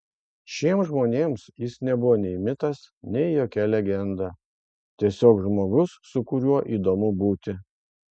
šiems žmonėms jis nebuvo nei mitas nei jokia legenda tiesiog žmogus su kuriuo įdomu būti